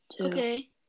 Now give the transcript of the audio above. Okay